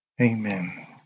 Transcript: Amen